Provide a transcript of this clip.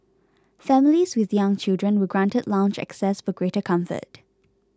families with young children were granted lounge access for greater comfort